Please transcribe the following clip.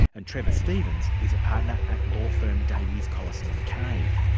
and trevor stevens is a partner at law firm davies, collison and cave.